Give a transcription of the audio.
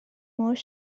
more